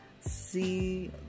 see